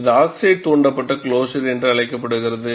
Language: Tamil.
இது ஆக்சைடு தூண்டப்பட்ட க்ளோஸர் என்று அழைக்கப்படுகிறது